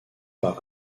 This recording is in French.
par